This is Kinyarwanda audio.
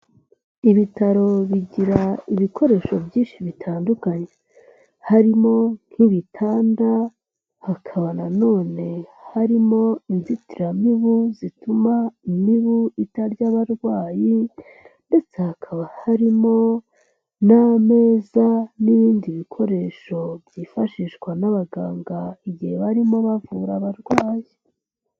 Ibitaro bigira ibikoresho byinshi bitandukanye harimo nk'ibitanda, hakaba na none harimo inzitiramibu zituma imibu itarya abarwayi ndetse hakaba harimo n'ameza n'ibindi bikoresho byifashishwa n'abaganga igihe barimo bavura abarwayi.